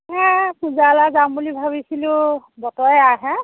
হে পূজা লৈ যাম বুলি ভাবিছিলোঁ বতৰ এয়া হে